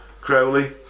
Crowley